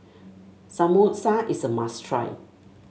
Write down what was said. samosa is a must try